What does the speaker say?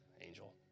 angel